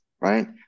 right